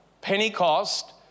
Pentecost